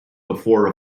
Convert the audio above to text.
before